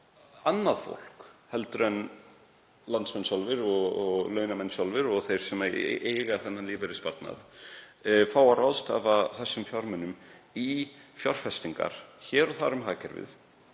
annað fólk en landsmenn sjálfir og launamenn sjálfir og þeir sem eiga þennan lífeyrissparnað fær að ráðstafa þessum fjármunum í fjárfestingar hér og þar um hagkerfið.